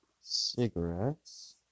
cigarettes